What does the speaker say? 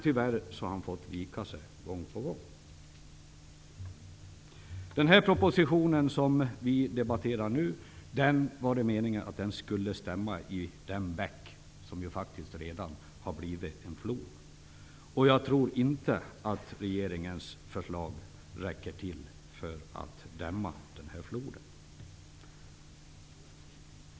Tyvärr har han fått vika sig gång på gång. Den proposition som vi nu debatterar var tänkt att stämma i den bäck som faktiskt redan har blivit en flod. Jag tror inte att regeringens förslag räcker till för att dämma upp floden.